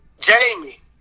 Jamie